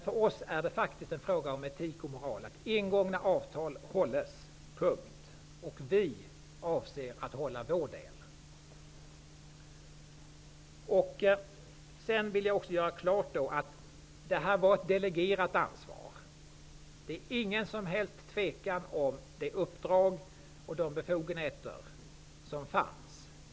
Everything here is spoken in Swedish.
För oss är det faktiskt fråga om etik och moral: Ingångna avtal hålles. Vi avser att hålla vår del. Jag vill också göra klart att det var fråga om ett delegerat ansvar. Det finns ingen tvekan om det uppdrag och de befogenheter som fanns.